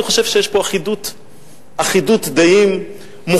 אני חושב שיש פה אחדות דעים מוחלטת,